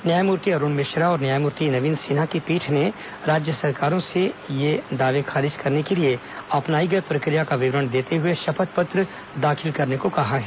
न्यायमूर्ति अरूण मिश्रा और न्यायमूर्ति नवीन सिन्हा की पीठ ने राज्य सरकारों से ये दावे खारिज करने के लिए अपनाई गई प्रक्रिया का विवरण देते हुए शपथ पत्र दाखिल करने को कहा है